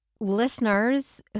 listeners